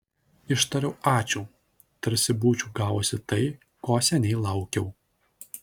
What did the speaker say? ištariau ačiū tarsi būčiau gavusi tai ko seniai laukiau